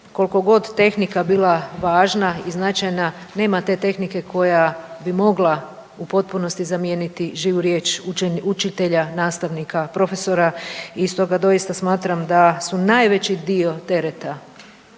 koliko god tehnika bila važna i značajna, nema te tehnike koja bi u potpunosti mogla živu riječ učitelja, nastavnika, profesora i stoga doista smatram da su najveći dio tereta